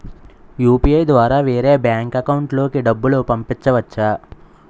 UPI ద్వారా వేరే bank account లోకి డబ్బులు పంపించవచ్చా?